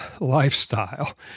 lifestyle